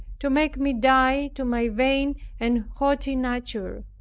to make me die to my vain and haughty nature.